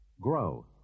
Grow